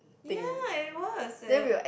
ya it was a